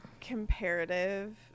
comparative